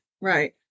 Right